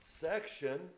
section